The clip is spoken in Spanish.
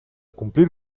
cumplir